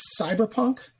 Cyberpunk